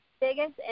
biggest